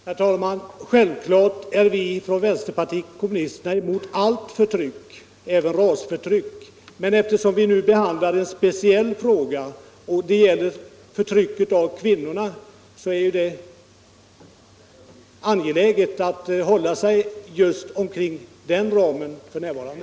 Herr talman! Självfallet är vi från vänsterpartiet kommunisterna emot allt förtryck, även rasförtryck. Men eftersom diskussionen nu gäller en speciell fråga, nämligen förtrycket av kvinnorna, så är det angeläget att hålla sig inom den ramen f.n.